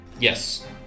Yes